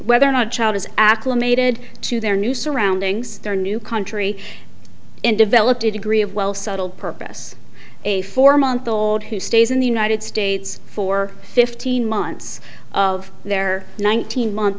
whether or not child is acclimated to their new surroundings their new country and developed a degree of well settled purpose a four month old who stays in the united states for fifteen months of their nineteen month